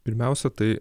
pirmiausia tai